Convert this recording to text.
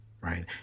right